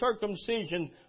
circumcision